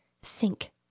sink